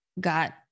got